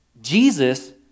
Jesus